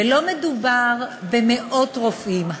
לא מדובר במאות רופאים.